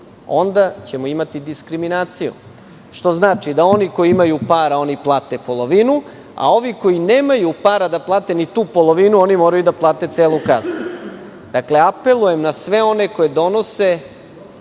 Onda ćemo imati diskriminaciju, što znači da oni koji imaju para, oni plate polovinu, a ovi koji nemaju para da plate ni tu polovinu, oni moraju da plate celu kaznu. Apelujem na sve one koji donose